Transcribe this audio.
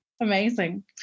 Amazing